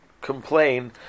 complain